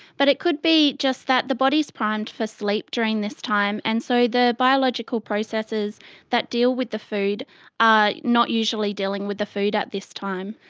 but it could be just that the body's primed for sleep during this time, and so the biological processes that deal with the food are not usually dealing with the food at this time.